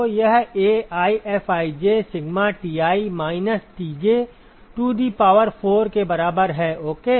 तो यह AiFij sigma Ti minus Tj to the power 4 के बराबर है ओके